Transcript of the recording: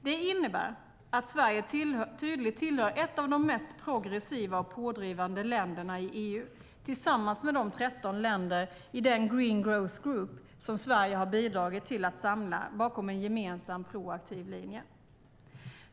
Det innebär att Sverige tydligt tillhör ett av de mest progressiva och pådrivande länderna i EU, detta tillsammans med de 13 länder i den Green Growth Group som Sverige bidragit till att samla bakom en gemensam proaktiv linje.